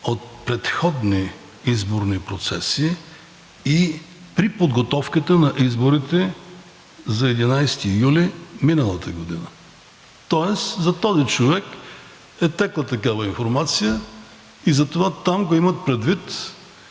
от предходни изборни процеси и при подготовката на изборите за 11 юли миналата година. Тоест за този човек е текла такава информация и затова там го имат предвид,